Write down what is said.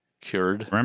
cured